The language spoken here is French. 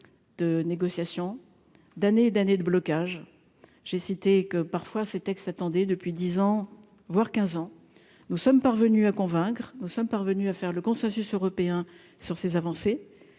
de négociations d'années d'années de blocage, j'ai cité que parfois ces textes attendait depuis 10 ans, voire 15 ans, nous sommes parvenus à convaincre, nous sommes parvenus à faire le consensus européen sur ces avancées